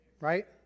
right